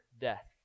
death